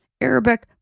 Arabic